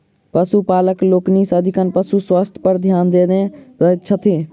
पशुपालक लोकनि सदिखन पशु स्वास्थ्य पर ध्यान देने रहैत छथि